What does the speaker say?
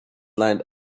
lined